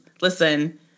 Listen